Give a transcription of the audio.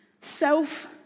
self